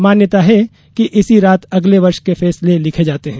मान्यता है कि इसी रात अगले वर्ष के फैसले लिखे जाते हैं